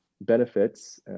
benefits